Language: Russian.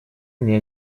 мне